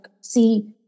see